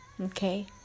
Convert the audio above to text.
Okay